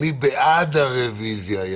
מי בעד הרוויזיה?